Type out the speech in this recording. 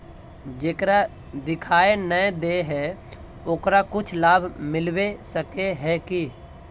जेकरा दिखाय नय दे है ओकरा कुछ लाभ मिलबे सके है की?